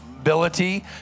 ability